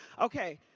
okay.